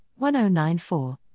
1094